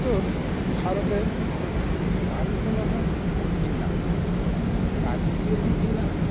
उत्तररभारते वायुगुणः भिन्नः राजनीतिः अपि भिन्ना